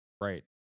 Right